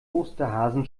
osterhasen